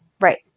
Right